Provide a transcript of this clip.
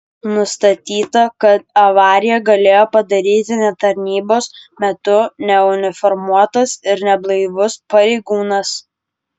nustatyta kad avariją galėjo padaryti ne tarnybos metu neuniformuotas ir neblaivus pareigūnas